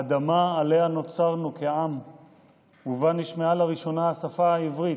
את האדמה שעליה נוצרנו כעם ובה נשמעה לראשונה השפה העברית,